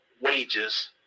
wages